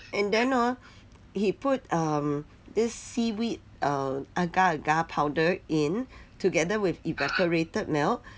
and then hor he put um this seaweed err agar agar powder in together with evaporated milk